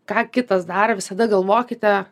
ką kitas daro visada galvokite